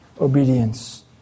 obedience